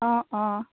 অঁ অঁ